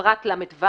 בפרט לו,